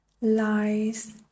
lies